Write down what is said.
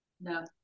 No